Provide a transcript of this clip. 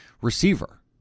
receiver